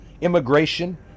immigration